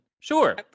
Sure